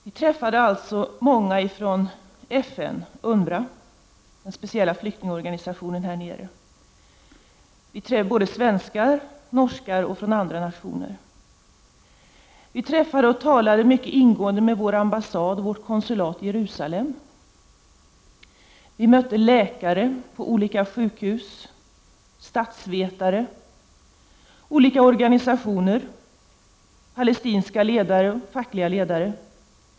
Vi träffade många från FN, UNRWA, den speciella flyktingorganisationen där nere. Vi träffade svenskar, norrmän och personer från andra nationer. Vi träffade och talade mycket ingående med personer på vår ambassad och vårt konsulat i Jerusalem. Vi mötte läkare på olika sjukhus, statsvetare, företrädare för olika organisationer, palestinska ledare och fackliga ledare.